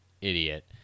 idiot